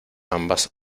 ambas